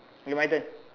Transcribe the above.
okay my turn